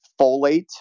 folate